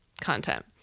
content